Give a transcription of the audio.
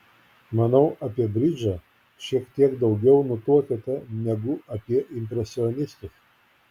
manau apie bridžą šiek tiek daugiau nutuokiate negu apie impresionistus